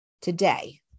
today